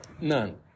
None